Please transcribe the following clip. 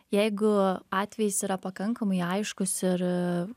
jeigu atvejis yra pakankamai aiškus ir